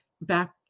back